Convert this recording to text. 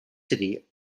city